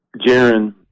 Jaron